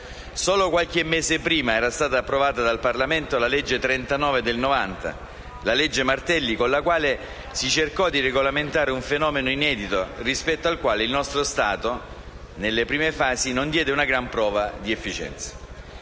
Solo qualche mese prima era stata approvata dal Parlamento la legge n. 39 del 1990, la legge Martelli, con la quale si cercò di regolamentare un fenomeno inedito, rispetto al quale il nostro Stato, nelle prime fasi, non diede una gran prova di efficienza.